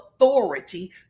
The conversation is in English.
authority